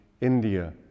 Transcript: India